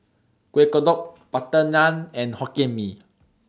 Kueh Kodok Butter Naan and Hokkien Mee